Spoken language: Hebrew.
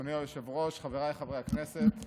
אדוני היושב-ראש, חבריי חברי הכנסת,